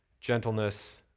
gentleness